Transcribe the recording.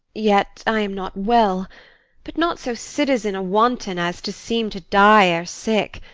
yet i am not well but not so citizen a wanton as to seem to die ere sick.